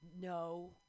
No